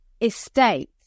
estate